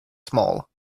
small